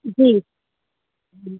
جی جی